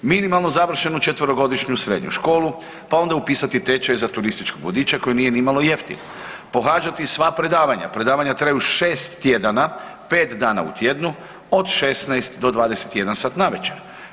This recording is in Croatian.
Minimalno završenu četverogodišnju srednju školu, pa onda upisati tečaj za turističkog vodiča koji nije nimalo jeftin, pohađati sva predavanja, predavanja traju šest tjedana, pet dana u tjednu od 16 do 21 sat navečer.